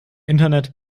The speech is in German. internet